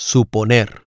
Suponer